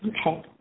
Okay